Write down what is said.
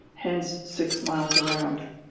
hence six miles around.